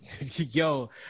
Yo